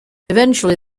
eventually